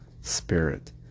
spirit